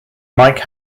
mike